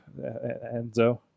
Enzo